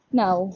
now